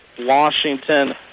Washington